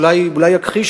אולי יכחיש,